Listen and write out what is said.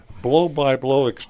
blow-by-blow